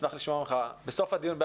אשמח לשמוע ממך בהרחבה בסוף הדיון.